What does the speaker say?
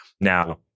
Now